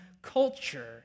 Culture